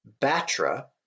Batra